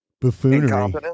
buffoonery